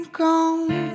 gone